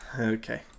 Okay